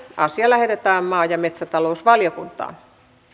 asia lähetetään maa ja metsätalousvaliokuntaan